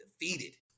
defeated